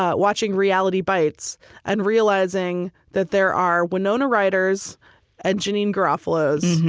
ah watching reality bites and realizing that there are winona ryders and janeane garofalos,